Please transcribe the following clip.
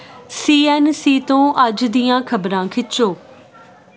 ਸੀ N C ਤੋਂ ਅੱਜ ਦੀਆਂ ਖਬਰਾਂ ਖਿੱਚੋ